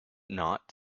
not